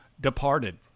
departed